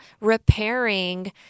repairing